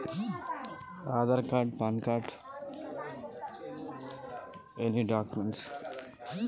మాకు లోన్ కావడానికి ఏమేం పేపర్లు కావాలి ఎలాంటి పేపర్లు లేకుండా లోన్ ఇస్తరా?